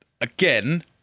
Again